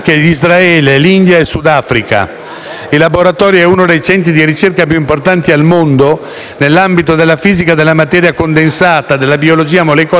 Il laboratorio è uno dei centri di ricerca più importanti al mondo nell'ambito della fisica della materia condensata, della biologia molecolare e della scienza dei materiali.